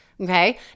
okay